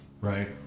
right